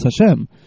Hashem